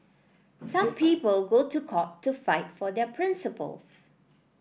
some people go to court to fight for their principles